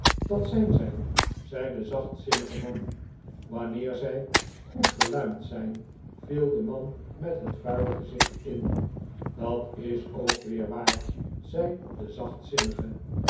dat zijn zij zei de zachtzinnige man t wanneer zij goed geluimd zijn viel de man met het vuile gezicht in dat is ook weer waar zei de